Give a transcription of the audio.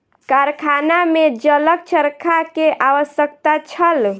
कारखाना में जलक चरखा के आवश्यकता छल